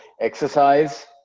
exercise